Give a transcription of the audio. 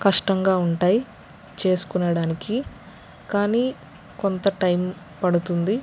కష్టంగా ఉంటాయ్ చేసుకొనడానికి కానీ కొంత టైమ్ పడుతుంది